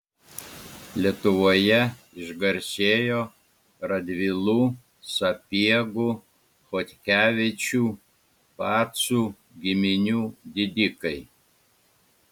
lietuvoje išgarsėjo radvilų sapiegų chodkevičių pacų giminių didikai